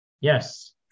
Yes